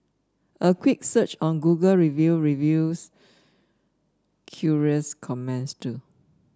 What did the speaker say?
a quick search on Google Review reveals curious comments too